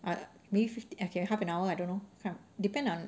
I bathe every half an hour I don't know depends ah